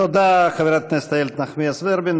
תודה, חברת הכנסת איילת נחמיאס ורבין.